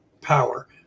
power